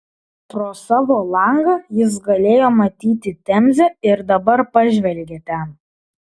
pro savo langą jis galėjo matyti temzę ir dabar pažvelgė ten